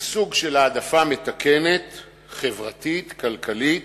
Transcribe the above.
זה סוג של העדפה מתקנת חברתית וכלכלית.